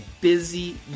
busy